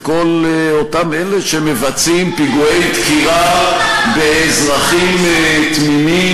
כל אותם אלה שמבצעים פיגועי דקירה באזרחים תמימים